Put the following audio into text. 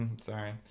sorry